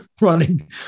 running